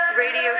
Radio